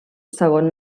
segon